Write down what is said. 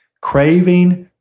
craving